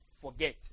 forget